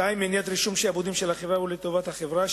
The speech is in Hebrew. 2. מניעת רישום שעבודים של החברה ולטובת החברה.